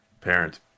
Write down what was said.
parents